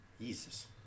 Jesus